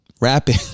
Rapping